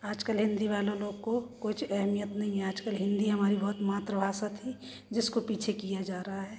आजकल हिंदी वालों को कुछ अहमियत नहीं है आजकल हिंदी हमारी बहुत मातृभाषा थी जिसको पीछे किया जा रहा है